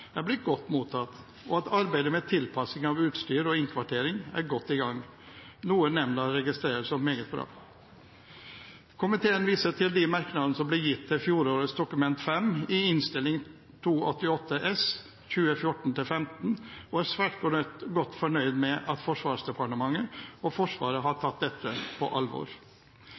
kjønn er blitt godt mottatt, og at arbeidet med tilpasning av utstyr og innkvartering er godt i gang, noe nemnda registrerer som meget bra. Komiteen viser til de merknadene som ble gitt til fjorårets Dokument 5, i Innst. 288 S for 2014–2015, og er svært godt fornøyd med at Forsvarsdepartementet og Forsvaret har tatt dette på alvor.